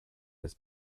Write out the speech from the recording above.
his